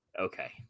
Okay